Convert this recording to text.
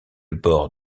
bord